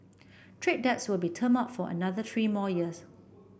trade debts will be termed out for another three more years